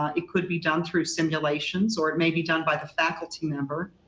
ah it could be done through simulations or it may be done by the faculty member,